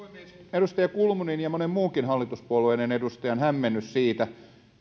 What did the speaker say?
edustaja kulmunin ja monen muunkin hallituspuolueen edustajan hämmennys siitä